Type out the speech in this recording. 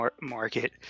market